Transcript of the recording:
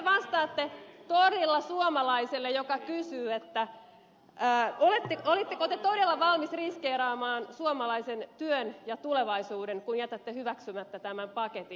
mitä te vastaatte torilla suomalaiselle joka kysyy olitteko te todella valmis riskeeraamaan suomalaisen työn ja tulevaisuuden kun jätätte hyväksymättä tämän paketin